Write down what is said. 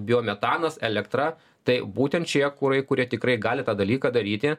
biometanas elektra tai būtent šie kurai kurie tikrai gali tą dalyką daryti